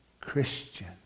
Christian